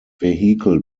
vehicle